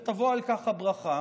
ותבוא על כך הברכה,